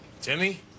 Timmy